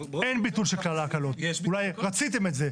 אולי רציתם את זה,